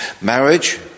Marriage